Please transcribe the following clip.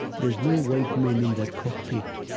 there's no white men in that cockpit.